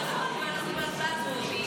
נכון, ואנחנו בהצבעה טרומית.